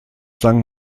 sang